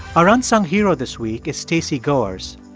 our unsung hero this week is stacey goers.